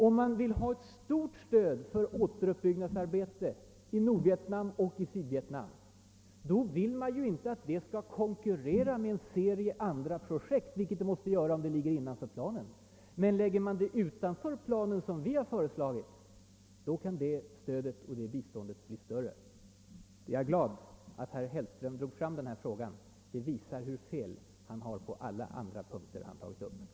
Om man vill ha ett stort stöd för återuppbyggnadsarbete i Nordvietnam och i Sydvietnam, önskar man ju inte att det skall konkurrera med en serie andra projekt, vilket måste bli fallet om biståndet ligger innanför den uppgjorda biståndsplanen. Men lägger man det utanför planen, som vi har föreslagit, kan stödet och biståndet bli större. Jag är glad att herr Hellström gick in på den frågan. Vad han har sagt visar ju hur fel han har på alla andra punkter som han tagit upp.